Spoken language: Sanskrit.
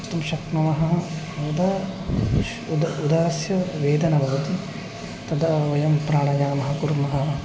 वक्तुं शक्नुमः उदा उद उदरस्य वेदना भवति तदा वयं प्राणयामं कुर्मः